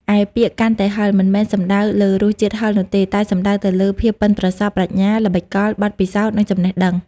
ឯពាក្យ កាន់តែហឹរ មិនមែនសំដៅលើរសជាតិហឹរនោះទេ តែសំដៅទៅលើ ភាពប៉ិនប្រសប់ ប្រាជ្ញា ល្បិចកល បទពិសោធន៍ និងចំណេះដឹង។